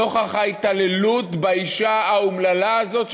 נוכח ההתעללות באישה האומללה הזאת,